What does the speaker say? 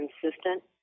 consistent